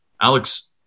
Alex